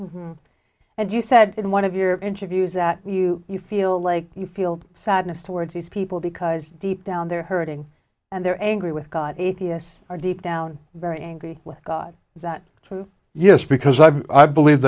and you said in one of your interviews that you you feel like you feel sadness towards these people because deep down they're hurting and they're angry with god atheists are deep down very angry with god so yes because i believe